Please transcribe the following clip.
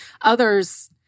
Others